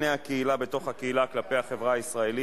הסתייגות של 17 דקות דיבור, חבר הכנסת